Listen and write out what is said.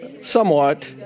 somewhat